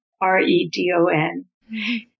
R-E-D-O-N